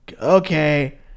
okay